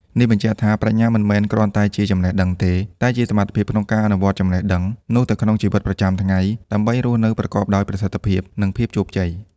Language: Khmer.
នេះបញ្ជាក់ថា ប្រាជ្ញាមិនមែនគ្រាន់តែជាចំណេះដឹងទេ តែជាសមត្ថភាពក្នុងការអនុវត្តចំណេះដឹងនោះទៅក្នុងជីវិតប្រចាំថ្ងៃ ដើម្បីរស់នៅប្រកបដោយប្រសិទ្ធភាព និងភាពជោគជ័យ។